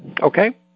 Okay